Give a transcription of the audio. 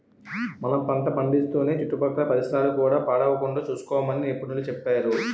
మనం పంట పండిస్తూనే చుట్టుపక్కల పరిసరాలు కూడా పాడవకుండా సూసుకోమని నిపుణులు సెప్పేరు